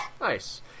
nice